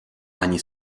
ani